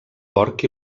porc